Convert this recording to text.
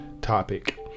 topic